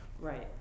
Right